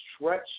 stretch